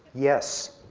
yes.